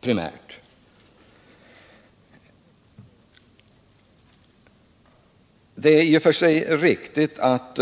Därför är det i och för sig riktigt att